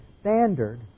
standard